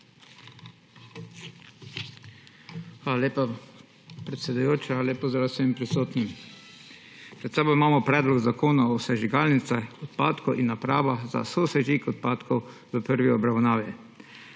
Hvala lepa, predsedujoča. Lep pozdrav vsem prisotnim! Pred sabo imamo Predlog zakona o sežigalnicah odpadkov in napravah za sosežig odpadkov v prvi obravnavi.